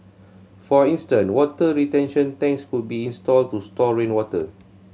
for instant water retention tanks could be installed to store rainwater